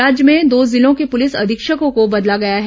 राज्य में दो जिलों के पुलिस अधीक्षकों को बदला गया है